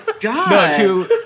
god